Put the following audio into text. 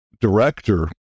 director